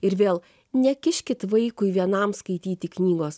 ir vėl nekiškit vaikui vienam skaityti knygos